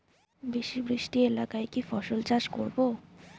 বেশি বৃষ্টি এলাকায় কি ফসল চাষ করব?